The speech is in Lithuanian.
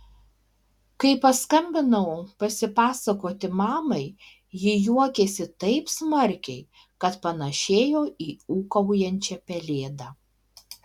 kai paskambinau pasipasakoti mamai ji juokėsi taip smarkiai kad panašėjo į ūkaujančią pelėdą